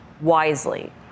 wisely